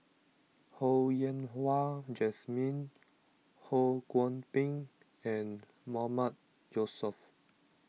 Ho Yen Wah Jesmine Ho Kwon Ping and Mahmood Yusof